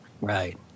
right